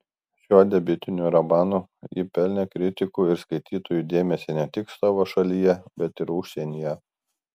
šiuo debiutiniu romanu ji pelnė kritikų ir skaitytojų dėmesį ne tik savo šalyje bet ir užsienyje